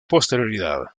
posterioridad